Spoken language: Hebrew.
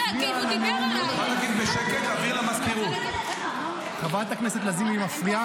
אדוני היושב-ראש, חברת הכנסת לזימי הפריעה